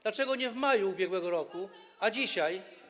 Dlaczego nie w maju ubiegłego roku, a dzisiaj?